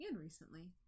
recently